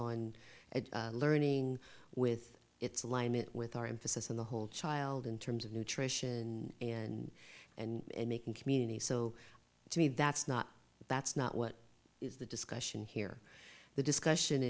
on learning with it's alignment with our emphasis on the whole child in terms of nutrition and and making community so to me that's not that's not what is the discussion here the discussion